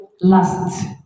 Last